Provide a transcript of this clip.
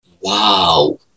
wow